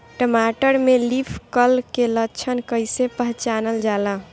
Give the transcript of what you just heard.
टमाटर में leaf curl के लक्षण कइसे पहचानल जाला?